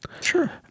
Sure